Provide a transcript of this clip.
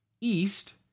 East